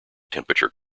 temperature